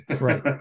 Right